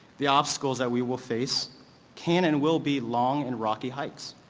the obstacles that we will face can and will be long and rocky heights.